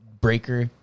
breaker